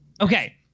Okay